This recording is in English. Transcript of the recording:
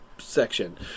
section